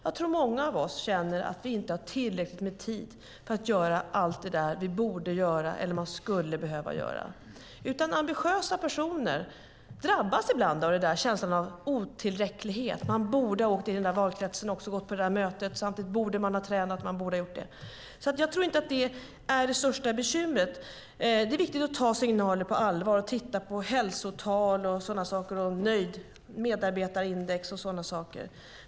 Jag tror att många av oss känner att vi inte har tillräckligt med tid för att göra allt det vi borde göra eller skulle behöva göra. Ambitiösa personer drabbas ibland av känslan av otillräcklighet. Man borde ha åkt till den valkretsen och gått på det mötet. Samtidigt borde man ha tränat och gjort något annat. Jag tror inte att det är det största bekymret. Det är viktigt att ta signaler på allvar och att titta på hälsotal, nöjd-medarbetar-index och sådana saker.